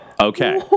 Okay